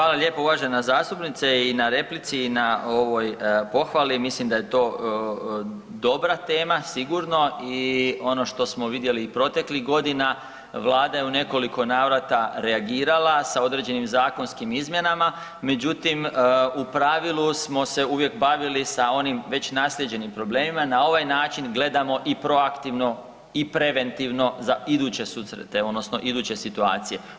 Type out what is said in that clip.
Hvala lijepo uvažena zastupnice i na replici i na ovoj pohvali, mislim da je to dobra tema sigurno i ono što smo vidjeli proteklih godina, Vlada je u nekoliko navrata reagirala sa određenim zakonskim izmjenama, međutim u pravilu smo se uvijek bavili sa onim već naslijeđenim problemima, na ovaj način gledamo i prokativno i preventivno za iduće situacije.